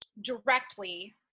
directly